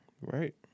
Right